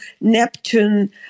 Neptune